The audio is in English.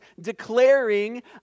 declaring